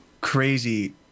crazy